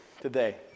today